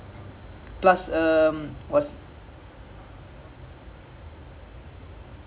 but I think pep he is sometime you know they say he make it too complicated you know what I mean like